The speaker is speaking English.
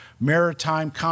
maritime